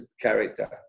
character